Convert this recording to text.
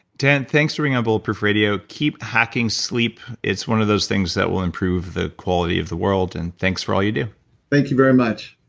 dan, thanks for being on bulletproof radio. keep hacking sleep, it's one of those things that will improve the quality of the world, and thanks for all you do thank you very much